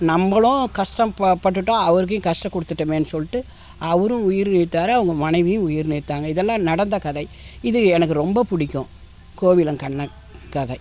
நம்மளும் கஷ்டம் ப பட்டுட்டோம் அவருக்கும் கஷ்டம் கொடுத்துட்டோமேன்னு சொல்லிட்டு அவரும் உயிர் நீத்தார் அவங்க மனைவியும் உயிர் நீத்தாங்க இதெல்லாம் நடந்த கதை இது எனக்கு ரொம்ப பிடிக்கும் கோவலன் கண்ணகி கதை